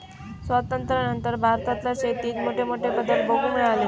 स्वातंत्र्यानंतर भारतातल्या शेतीत मोठमोठे बदल बघूक मिळाले